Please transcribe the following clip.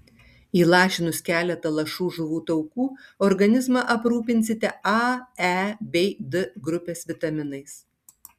įlašinus keletą lašų žuvų taukų organizmą aprūpinsite a e bei d grupės vitaminais